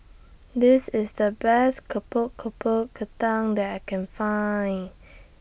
This IS The Best Kentang that I Can Find